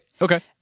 Okay